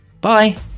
Bye